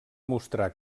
mostrar